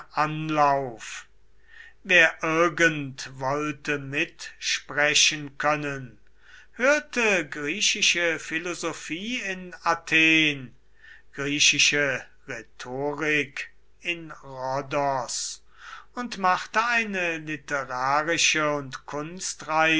anlauf wer irgend wollte mitsprechen können hörte griechische philosophie in athen griechische rhetorik in rhodos und machte eine literarische und kunstreise